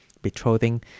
betrothing